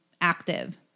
active